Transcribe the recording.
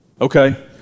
Okay